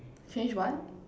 change what